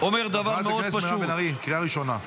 חברת הכנסת מירב בן ארי, קריאה ראשונה.